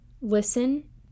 listen